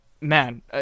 man